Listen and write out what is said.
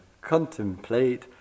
contemplate